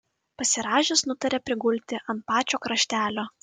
pasirąžęs nutarė prigulti ant pačio kraštelio